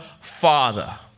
Father